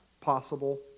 possible